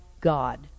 God